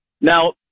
Now